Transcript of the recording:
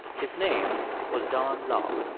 his name was don laub